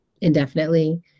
indefinitely